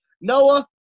Noah